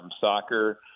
soccer